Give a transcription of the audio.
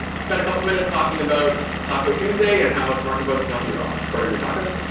spent a couple of minutes talking about taco tuesday and how smart compose can help you you ah order your tacos.